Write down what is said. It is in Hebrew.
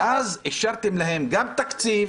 ואז אישרתם להם גם תקציב,